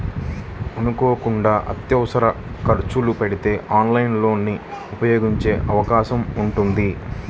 అనుకోకుండా అత్యవసర ఖర్చులు పడితే ఆన్లైన్ లోన్ ని ఉపయోగించే అవకాశం ఉంటుంది